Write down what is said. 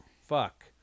fuck